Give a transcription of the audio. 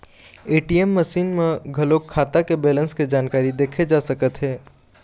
ATM machine म घलोक खाता के बेलेंस के जानकारी देखे जा सकत हे